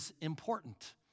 important